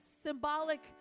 symbolic